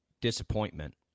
disappointment